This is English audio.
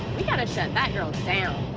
we got to shut that girl down.